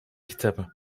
kitabı